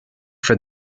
for